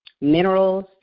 minerals